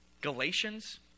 Galatians